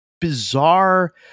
bizarre